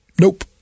Nope